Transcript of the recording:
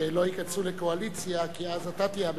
שלא ייכנסו לקואליציה, כי אז אתה תהיה הממשלה.